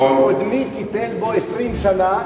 קודמי טיפל בו 20 שנה,